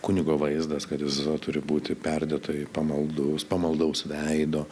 kunigo vaizdas kad jis turi būti perdėtai pamaldus pamaldaus veido